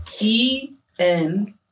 E-N